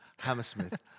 Hammersmith